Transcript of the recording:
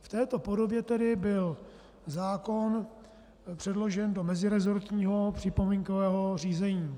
V této podobě tedy byl zákon předložen do meziresortního připomínkového řízení.